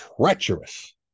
treacherous